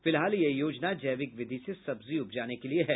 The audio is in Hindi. फिलहाल यह योजना जैविक विधि से सब्जी उपजाने के लिए है